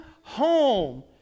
home